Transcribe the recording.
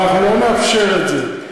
אנחנו לא נאפשר את זה.